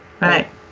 right